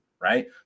Right